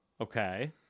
Okay